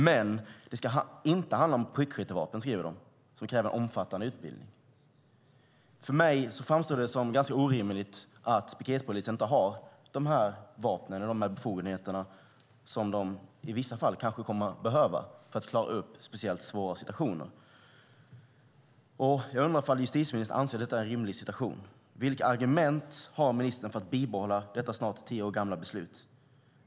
Men det ska inte handla om prickskyttevapen som kräver omfattande utbildning, tillägger de. För mig framstår det som ganska orimligt att piketpolisen inte har de vapen och befogenheter som de i vissa fall kanske kommer att behöva för att klara upp speciellt svåra situationer. Jag undrar om justitieministern anser att detta är en rimlig situation. Vilka argument har ministern för att stå fast vid detta snart tio år gamla beslut?